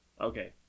okay